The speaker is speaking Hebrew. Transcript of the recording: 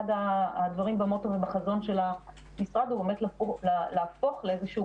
אחד הדברים במוטו ובחזון של המשרד הוא באמת להפוך לאיזשהו